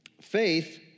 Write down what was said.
faith